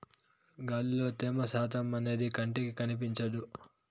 గాలిలో త్యమ శాతం అనేది కంటికి కనిపించదు